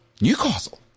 Newcastle